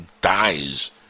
dies